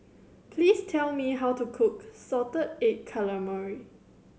please tell me how to cook salted egg calamari